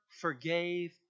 forgave